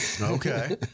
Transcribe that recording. Okay